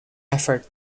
effort